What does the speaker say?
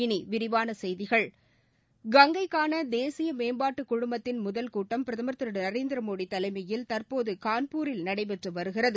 இனி விரிவான செய்திகள் கங்கைக்கான தேசிய மேம்பாட்டுக் குழுமத்தின் முதல் கூட்டம் பிரதமர் திரு நரேந்திரமோடி தலைமையில் தற்போது கான்பூரில் நடைபெற்று வருகிறது